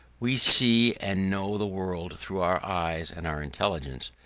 we see and know the world through our eyes and our intelligence,